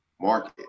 market